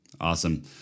awesome